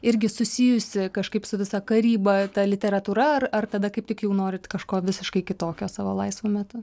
irgi susijusi kažkaip su visa karyba ta literatūra ar ar tada kaip tik jau norit kažko visiškai kitokio savo laisvu metu